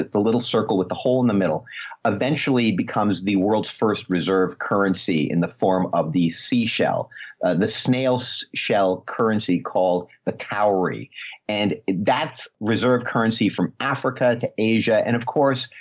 the, the little circle with the hole in the middle eventually becomes the world's first reserve currency in the form of the seashell the snail so shell currency called the khoury and that's reserved currency from africa to asia. and of course,